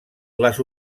les